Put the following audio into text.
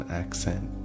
accent